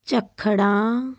ਝੱਖੜਾਂ